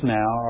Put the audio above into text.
now